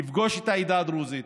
יפגוש את העדה הדרוזית.